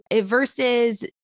Versus